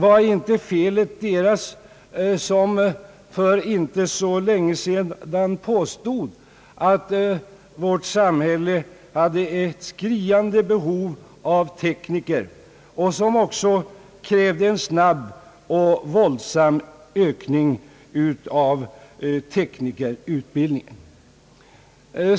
Var inte felet deras, som för inte så länge sedan påstod att vårt samhälle hade ett skriande behov av tekniker och som också krävde en snabb och våldsam ökning av teknikerutbildningen?